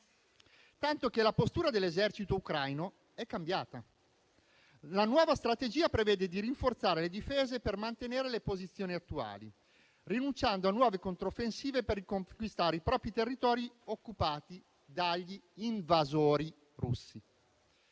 tanto che la postura dell'esercito ucraino è cambiata. La nuova strategia prevede di rinforzare le difese per mantenere le posizioni attuali, rinunciando a nuove controffensive per riconquistare i propri territori occupati dagli invasori russi.